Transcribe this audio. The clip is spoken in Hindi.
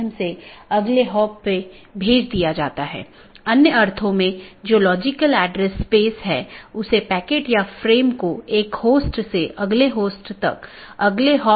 BGP या बॉर्डर गेटवे प्रोटोकॉल बाहरी राउटिंग प्रोटोकॉल है जो ऑटॉनमस सिस्टमों के पार पैकेट को सही तरीके से रूट करने में मदद करता है